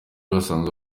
basanzwe